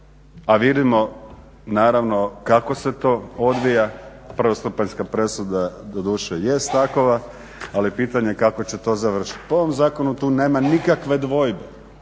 a vidimo naravno kako se to odvija. Prvostupanjska presuda doduše jest takva, ali je pitanje kako će to završiti. Po ovom zakonu tu nema nikakve dvojbe